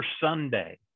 Sunday